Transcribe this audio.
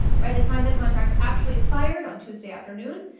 by the time the contract actually expired on tuesday afternoon,